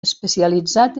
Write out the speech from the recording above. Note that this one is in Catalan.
especialitzat